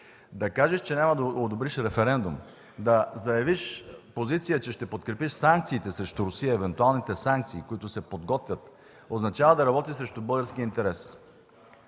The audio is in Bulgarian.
Да кажеш, че няма да одобриш референдум, да заявиш позиция, че ще подкрепиш евентуалните санкции срещу Русия, които се подготвят, означава да работиш срещу българския интерес.